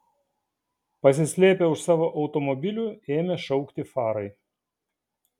pasislėpę už savo automobilių ėmė šaukti farai